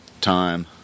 time